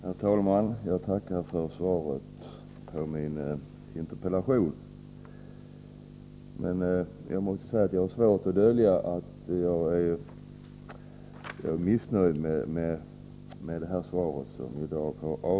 Herr talman! Jag tackar för svaret på min interpellation, men jag har svårt att dölja att jag är missnöjd med det.